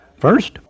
First